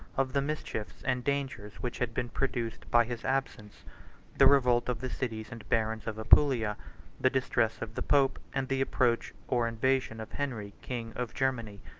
of the mischiefs and dangers which had been produced by his absence the revolt of the cities and barons of apulia the distress of the pope and the approach or invasion of henry king of germany.